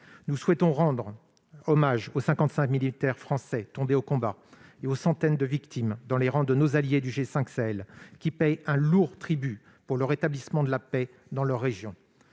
Nous souhaitons rendre hommage aux 55 militaires français tombés au combat et aux centaines de victimes que l'on déplore dans les rangs de nos alliés du G5 Sahel. Eux aussi paient un lourd tribut pour le rétablissement de la paix dans leur région.